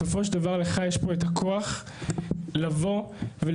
בסופו של דבר לך יש את הכוח לבוא ולשנות